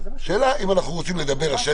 השאלה היא אם אנחנו רוצים לדבר על שתי